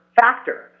factor